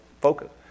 focus